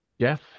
Jeff